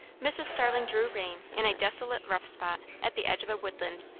mrs. starling drew rein in a desolate rough spot at the edge of a woodland.